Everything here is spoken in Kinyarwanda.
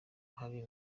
hari